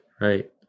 right